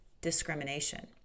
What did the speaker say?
discrimination